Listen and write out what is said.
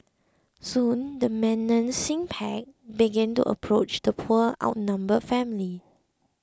soon the menacing pack began to approach the poor outnumbered family